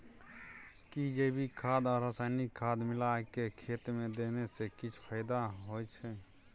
कि जैविक खाद आ रसायनिक खाद मिलाके खेत मे देने से किछ फायदा होय छै?